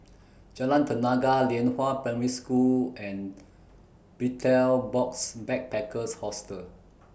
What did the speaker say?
Jalan Tenaga Lianhua Primary School and Betel Box Backpackers Hostel